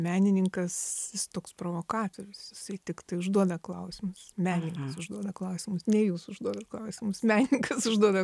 menininkas jis toks provokatorius jisai tiktai užduoda klausimus meilės užduoda klausimus ne jūs užduodat klausimus menininkas užduoda